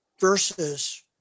versus